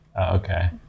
Okay